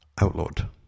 outlawed